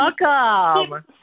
welcome